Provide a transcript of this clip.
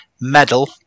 medal